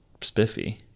spiffy